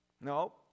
No